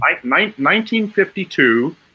1952